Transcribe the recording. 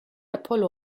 apollo